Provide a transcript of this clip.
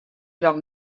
lloc